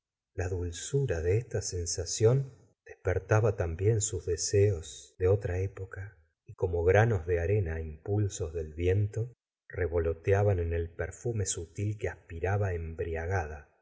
la dulzura de esta sensación despertaba también sus deseos de otra época y como granos de arena á impulsos del viento revoloteaban en el perfume sutil que aspiraba embriagada